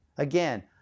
Again